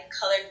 color